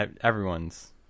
Everyone's